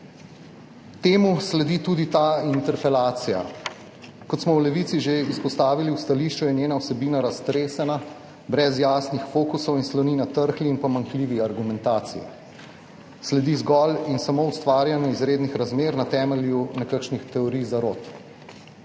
Temu sledi tudi ta interpelacija. Kot smo v Levici že izpostavili v stališču, je njena vsebinaraztresena, brez jasnih fokusov in sloni na trhli in pomanjkljivi argumentaciji, sledi zgolj in samo ustvarjanju izrednih razmer na temelju nekakšnih teorij zarot.